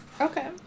okay